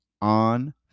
on